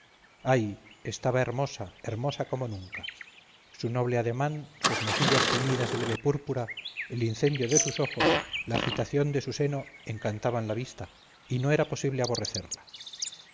ay estaba hermosa hermosa como nunca su noble ademán sus mejillas teñidas de leve púrpura el incendio de sus ojos la agitación de su seno encantaban la vista y no era posible aborrecerla